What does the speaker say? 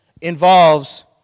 involves